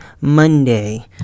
Monday